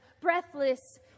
breathless